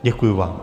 Děkuji vám.